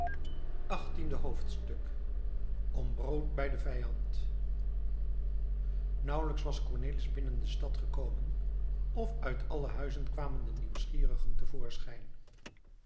achttiende hoofdstuk om brood bij den vijand nauwelijks was cornelis binnen de stad gekomen of uit alle huizen kwamen de nieuwsgierigen